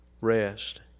rest